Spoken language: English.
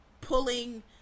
pulling